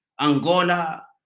Angola